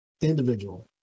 Individual